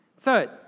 Third